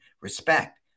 respect